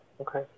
okay